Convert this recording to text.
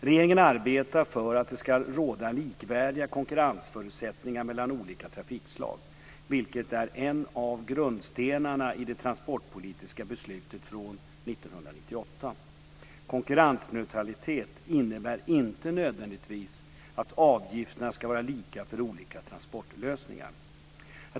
Regeringen arbetar för att det ska råda likvärdiga konkurrensförutsättningar mellan olika trafikslag, vilket är en av grundstenarna i det transportpolitiska beslutet från 1998. Konkurrensneutralitet innebär inte nödvändigtvis att avgifterna ska vara lika för olika transportlösningar.